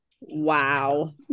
Wow